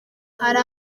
hari